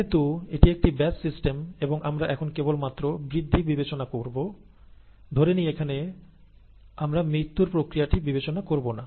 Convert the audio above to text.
যেহেতু এটি একটি ব্যাচ সিস্টেম এবং আমরা এখন কেবল মাত্র বৃদ্ধি বিবেচনা করব ধরে নিই এখানে আমরা মৃত্যুর প্রক্রিয়াটি বিবেচনা করবো না